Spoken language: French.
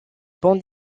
bande